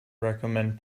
recommend